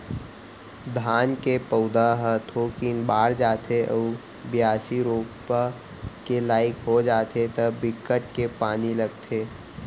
धान के पउधा ह थोकिन बाड़ जाथे अउ बियासी, रोपा के लाइक हो जाथे त बिकट के पानी लगथे